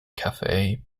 cafe